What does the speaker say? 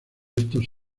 estos